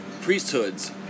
priesthoods